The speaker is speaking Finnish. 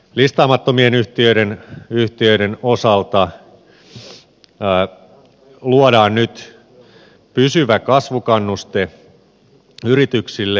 listaamattomien yhtiöiden osalta luodaan nyt pysyvä kasvukannuste yrityksille